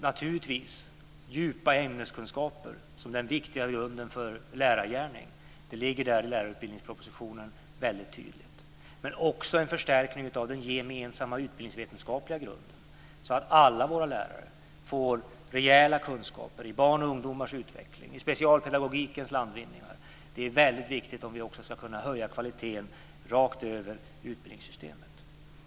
Naturligtvis ska djupa ämneskunskaper vara den viktiga grunden för lärargärningen. Det framgår tydligt i lärarutbildningspropositionen. Men det ska också vara en förstärkning av den gemensamma utbildningsvetenskapliga grunden. Alla våra lärare ska få rejäla kunskaper i barns och ungdomars utveckling och i specialpedagogikens landvinningar. Det är viktigt om vi ska höja kvaliteten rakt över utbildningssystemet.